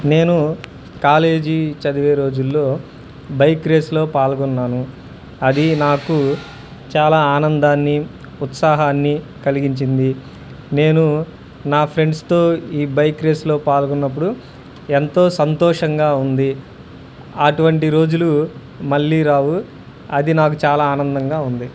నేను కాలేజీ చదివే రోజుల్లో బైక్ రేస్లో పాల్గొన్నాను అది నాకు చాలా ఆనందాన్ని ఉత్సాహాన్ని కలిగించింది నేను నా ఫ్రెండ్స్తో ఈ బైక్ రేస్తో పాల్గొన్నప్పుడు ఎంతో సంతోషంగా ఉంది అటువంటి రోజులు మళ్ళీ రావు అది నాకు చాలా ఆనందంగా ఉంది